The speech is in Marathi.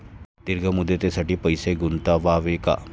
दीर्घ मुदतीसाठी पैसे गुंतवावे का?